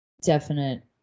definite